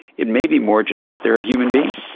it may be more just that they are a human being.